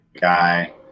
guy